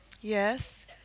Yes